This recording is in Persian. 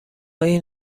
این